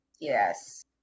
Yes